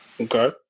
Okay